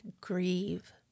grieve